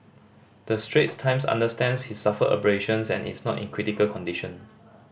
the Straits Times understands he suffered abrasions and is not in critical condition